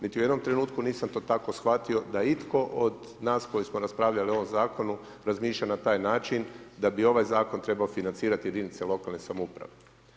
Niti u jednom trenutku nisam to tako shvatio da je itko od nas koji smo raspravljali o ovom zakonu razmišljao na taj način da bi ovaj zakon trebao financirati jedinice lokalne samouprave.